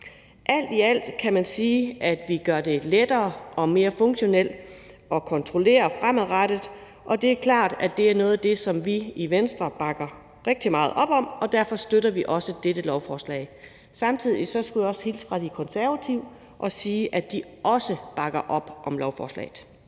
Alt i alt kan man sige, at vi gør det lettere og mere funktionelt at kontrollere fremadrettet, og det er klart, at det er noget, som vi i Venstre bakker rigtig meget op om, og derfor støtter vi også dette lovforslag. Samtidig skulle jeg hilse fra De Konservative og sige, at de også bakker op om lovforslaget.